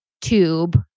tube